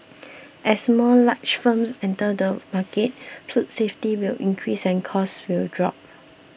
as more large firms enter the market food safety will increase and costs will drop